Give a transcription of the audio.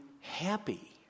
happy